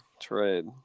trade